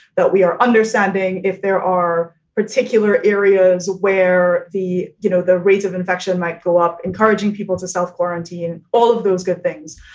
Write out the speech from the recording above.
that we are understanding if there are particular areas where the, you know, the rates of infection might go up, encouraging people to self quarantine, all of those good things.